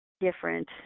different